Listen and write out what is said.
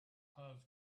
has